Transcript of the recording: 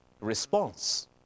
response